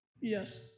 Yes